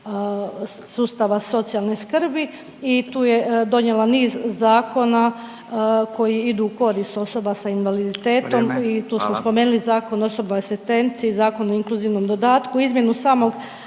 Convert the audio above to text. sustava socijalne skrbi i tu je donijela niz zakona koji idu u korist osoba sa invaliditetom …/Upadica Radin: Vrijeme, hvala./…i tu smo spomenuli Zakon o osobnoj asistenciji i Zakon o inkluzivnom dodatku, izmjenu samog